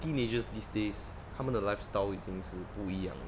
teenagers these days 他们的 lifestyle 已经是不一样